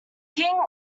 king